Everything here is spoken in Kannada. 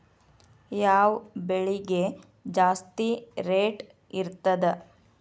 ಯಾವ ಬೆಳಿಗೆ ಜಾಸ್ತಿ ರೇಟ್ ಇರ್ತದ?